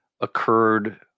occurred